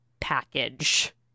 package